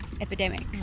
epidemic